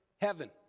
heaven